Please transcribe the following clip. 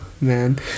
man